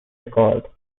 record